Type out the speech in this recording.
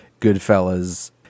Goodfellas